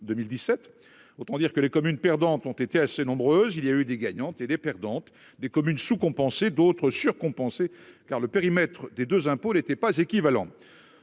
de préciser que les communes perdantes ont été assez nombreuses. Il y a eu des gagnantes et des perdantes, des communes sous-compensées et d'autres surcompensées, car les périmètres de ces deux impôts n'étaient pas équivalents.